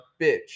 bitch